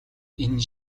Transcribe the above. энэ